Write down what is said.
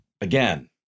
again